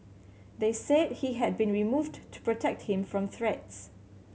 they said he had been removed to protect him from threats